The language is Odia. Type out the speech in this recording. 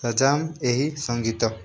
ଶାଜାମ୍ ଏହି ସଂଗୀତ